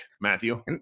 Matthew